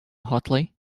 hotly